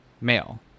Male